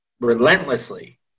relentlessly